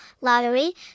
lottery